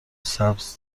سبز